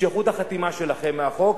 תמשכו את החתימה שלכם מהחוק.